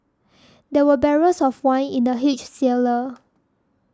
there were barrels of wine in the huge cellar